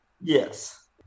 Yes